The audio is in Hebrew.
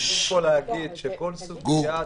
חשוב פה להגיד שכל סוגיית